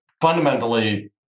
fundamentally